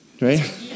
right